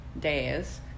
days